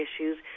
issues